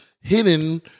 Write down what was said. hidden